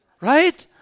Right